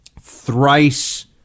thrice